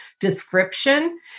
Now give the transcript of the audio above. description